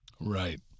Right